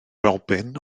robin